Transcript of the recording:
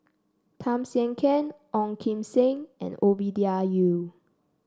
Tham Sien Yen Ong Kim Seng and Ovidia Yu